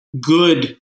good